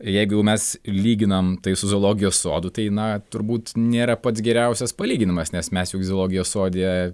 jeigu mes lyginam tai su zoologijos sodu tai na turbūt nėra pats geriausias palyginimas nes mes juk zoologijos sode